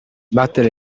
battere